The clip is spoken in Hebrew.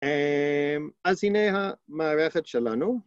אההה אז הנה המערכת שלנו.